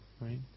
right